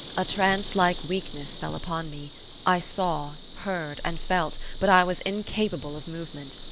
a trance-like weakness fell upon me i saw, heard, and felt, but i was incapable of movement.